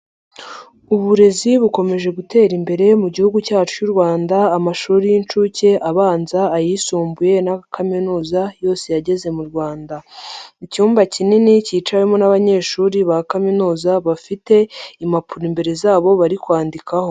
Uburezi bukomeje gutera imbere mu Gihugu cyacu cy'u Rwanda, amashuri y'inshuke abanza, ayisumbuye na kaminuza yose yageze mu Rwanda, icyumba kinini cyicawemo n'abanyeshuri ba kaminuza bafite impapuro imbere zabo bari kwandikaho.